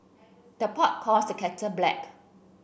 the pot calls the kettle black